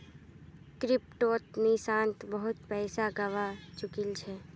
क्रिप्टोत निशांत बहुत पैसा गवा चुकील छ